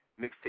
mixtape